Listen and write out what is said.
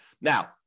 Now